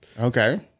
okay